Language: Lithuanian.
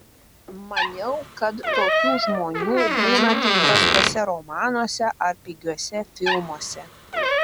maniau kad tokių žmonių būna tik prastuose romanuose ar pigiuose filmuose